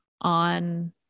on